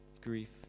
grief